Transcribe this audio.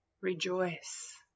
rejoice